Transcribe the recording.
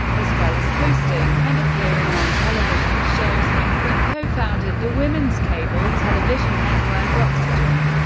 as well as hosting and appearing on television shows, winfrey co-founded the women's cable television network oxygen.